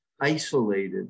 isolated